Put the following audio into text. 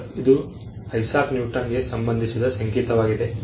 ಈಗ ಇದು ಐಸಾಕ್ ನ್ಯೂಟನ್ಗೆ ಸಂಬಂಧಿಸಿದ ಸಂಕೇತವಾಗಿದೆ